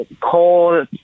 call